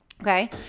okay